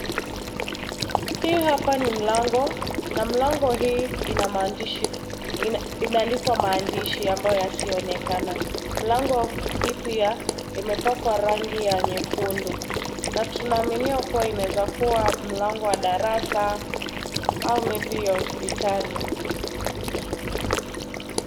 Hii hapa ni mlango na mlango hii ina maandishi , imeandikwa maandishi ambayo yasioonekana. Mlango hii pia, imepakwa rangi ya nyekundu na tuna aminia kuwa inaweza kuwa mlango wa darasa au maybe hospitali.